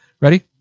Ready